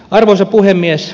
arvoisa puhemies